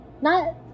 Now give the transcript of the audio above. Not-